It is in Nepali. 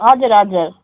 हजुर हजुर